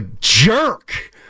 jerk